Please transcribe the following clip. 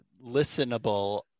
listenable